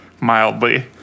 mildly